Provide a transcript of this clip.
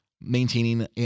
maintaining